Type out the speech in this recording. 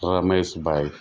Rameshbhai